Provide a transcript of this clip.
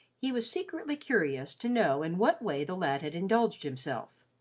he was secretly curious to know in what way the lad had indulged himself.